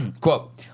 Quote